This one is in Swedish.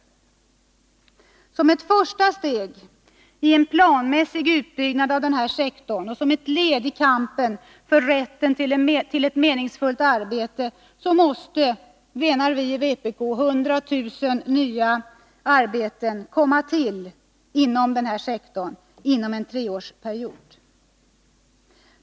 Såsom ett första led i en planmässig utbyggnad av denna sektor och såsom ett led i kampen för rätten till meningsfullt arbete måste, menar vi i vpk, 100 000 nya arbeten komma till inom denna sektor under en treårsperiod.